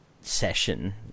session